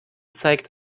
zeigt